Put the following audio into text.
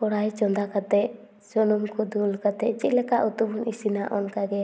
ᱠᱚᱲᱟᱭ ᱪᱚᱸᱫᱟ ᱠᱟᱛᱮᱫ ᱥᱩᱱᱩᱢ ᱠᱚ ᱫᱩᱞ ᱠᱟᱛᱮᱫ ᱪᱮᱫ ᱞᱮᱠᱟ ᱩᱛᱩ ᱵᱚᱱ ᱤᱥᱤᱱᱟ ᱚᱱᱠᱟ ᱜᱮ